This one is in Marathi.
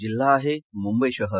जिल्हा आहे मुंबई शहर